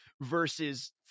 versus